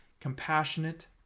compassionate